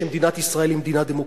שמדינת ישראל היא מדינה דמוקרטית.